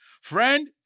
Friend